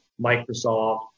Microsoft